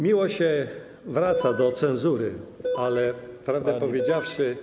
Miło się wraca do cenzury, ale prawdę powiedziawszy.